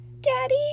Daddy